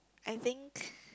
I think